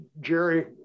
Jerry